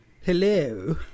Hello